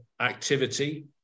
activity